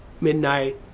midnight